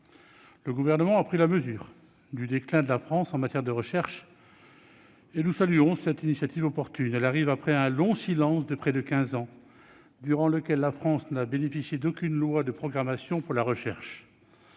Le Gouvernement a pris la mesure du déclin de la France en matière de recherche, et nous saluons cette initiative opportune ; celle-ci arrive après un long silence de près de quinze ans, durant lequel la France n'a bénéficié d'aucune loi de programmation pour la recherche.